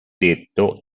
detto